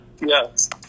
Yes